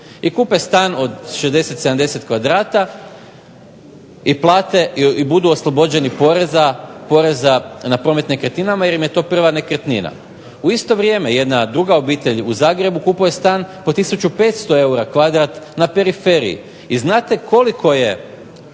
I kupe stan od 60, 70 kvadrata i plate, i budu oslobođeni poreza na promet nekretninama jer im je to prva nekretnina, u isto vrijeme jedna druga obitelj u Zagrebu kupuje stan po 1500 eura kvadrat na periferiji i znate koliko je